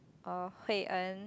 or Hui-En